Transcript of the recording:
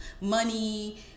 money